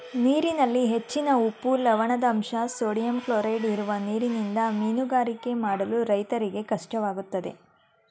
ನೀರಿನಲ್ಲಿ ಹೆಚ್ಚಿನ ಉಪ್ಪು, ಲವಣದಂಶ, ಸೋಡಿಯಂ ಕ್ಲೋರೈಡ್ ಇರುವ ನೀರಿನಿಂದ ಮೀನುಗಾರಿಕೆ ಮಾಡಲು ರೈತರಿಗೆ ಕಷ್ಟವಾಗುತ್ತದೆ